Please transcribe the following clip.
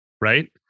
right